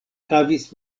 havis